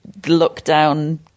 lockdown